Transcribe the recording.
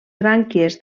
brànquies